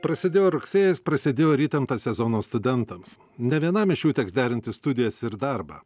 prasidėjo rugsėjis prasidėjo ir įtemptas sezonas studentams ne vienam iš jų teks derinti studijas ir darbą